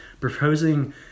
proposing